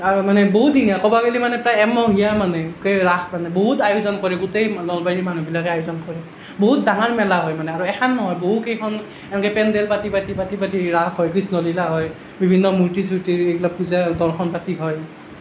আৰু মানে বহুতদিনীয়া ক'ব গ'লে মানে প্ৰায় এমহীয়া মানে কে ৰাস মানে বহুত আয়োজন কৰে গোটেই নলবাৰীৰ মানুহবিলাকে আয়োজন কৰে বহুত ডাঙৰ মেলা হয় মানে আৰু এখন নহয় মানে বহুকেইখন এনেকৈ পেণ্ডেল পাতি পাতি পাতি পাতি ৰাস হয় কৃষ্ণ লীলা হয় বিভিন্ন মূৰ্তি চূৰ্তিৰ এইবিলাক পূজা দৰ্শন পাতি হয়